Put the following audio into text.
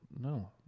no